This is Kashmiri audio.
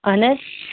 اَہَن حظ